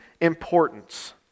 importance